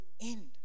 end